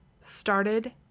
started